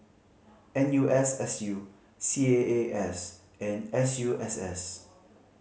N U S S U C A A S and S U S S